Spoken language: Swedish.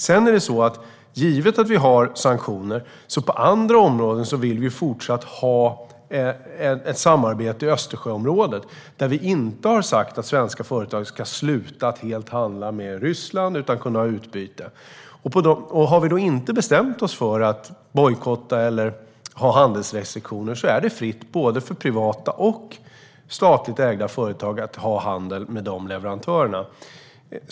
Sedan är det så att vi, givet att det finns sanktioner, på andra områden fortsatt vill ha ett samarbete i Östersjöområdet. Vi har inte sagt att svenska företag helt ska sluta handla med Ryssland, utan de ska kunna ha utbyten. Har vi då inte bestämt oss för att bojkotta eller ha handlingsrestriktioner är det fritt fram för både privat och statligt ägda företag att handla med de leverantörerna.